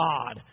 God